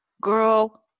Girl